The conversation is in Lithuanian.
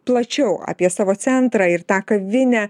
plačiau apie savo centrą ir tą kavinę